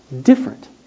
different